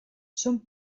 són